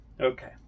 Okay